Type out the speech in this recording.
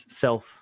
self